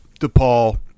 DePaul